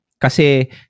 Kasi